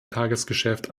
tagesgeschäft